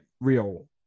real